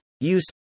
use